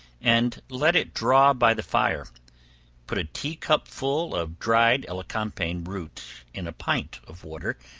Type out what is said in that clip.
and let it draw by the fire put a tea-cupful of dried elecampane root in a pint of water,